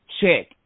check